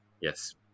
yes